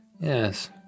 Yes